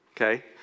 Okay